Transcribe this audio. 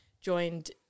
joined